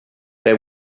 they